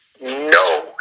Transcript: No